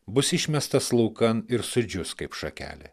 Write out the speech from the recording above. bus išmestas laukan ir sudžius kaip šakelė